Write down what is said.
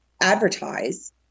advertise